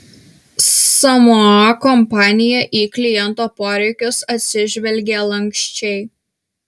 samoa kompanija į kliento poreikius atsižvelgė lanksčiai